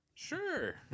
Sure